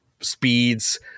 speeds